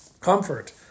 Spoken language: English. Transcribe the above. Comfort